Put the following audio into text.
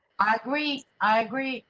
i agree. i agree.